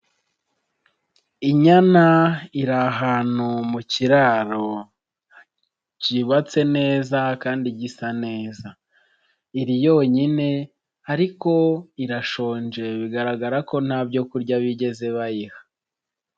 Inyana iri ahantu mu kiraro kibatse neza kandi gisa neza, iri yonyine ariko irashonje bigaragara ko nta byokurya bigeze bayiha.